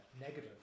negative